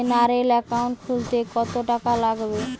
General account খুলতে কত টাকা লাগবে?